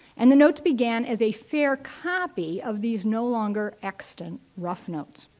and the notes began as a fair copy of these no longer extant rough notes.